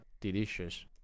delicious